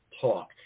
talk